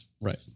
Right